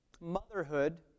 motherhood